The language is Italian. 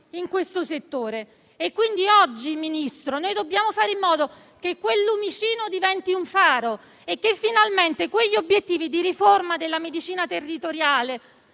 in questo settore. Quindi oggi, Ministro, dobbiamo fare in modo che quel lumicino diventi un faro e che finalmente quegli obiettivi di riforma della medicina territoriale,